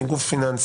אני גוף פיננסי,